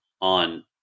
on